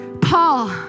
Paul